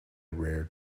rare